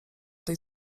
tej